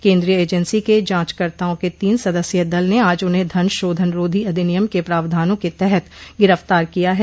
केन्द्रीय एजेंसी के जांचकर्ताओं के तीन सदस्यीय दल ने आज उन्हें धन शोधन रोधी अधिनियम के प्रावधानों के तहत गिरफ्तार किया है